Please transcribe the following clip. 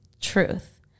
TRUTH